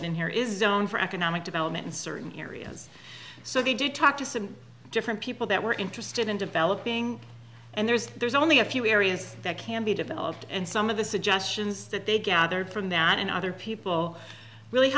it in here is known for economic development in certain areas so they did talk to seven different people that were interested in developing and there's there's only a few areas that can be developed and some of the suggestions that they gathered from that and other people